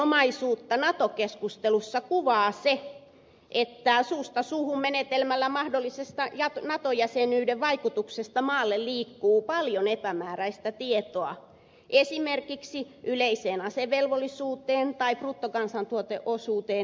tunteenomaisuutta nato keskustelussa kuvaa se että suusta suuhun menetelmän johdosta liikkuu paljon epämääräistä tietoa mahdollisen nato jäsenyyden vaikutuksesta maahamme liittyen esimerkiksi yleisen asevelvollisuuden asemaan tai bruttokansantuoteosuuteen